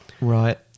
right